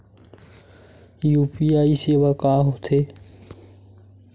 UPI सेवा का होथे?